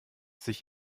sich